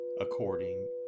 according